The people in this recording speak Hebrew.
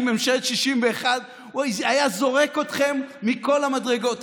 ממשלת 61. הוא היה זורק אתכם מכל המדרגות.